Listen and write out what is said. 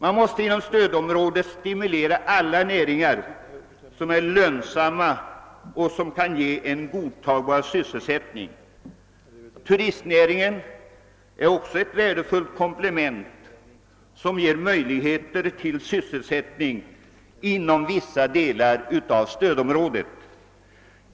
Inom stödområdet måste man stimulera alla näringar som är lönsamma och som kan ge en godtagbar sysselsättning. Turistnäringen är i dessa avseenden ett värdefullt komplement inom vissa de lar av stödområdet.